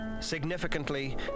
Significantly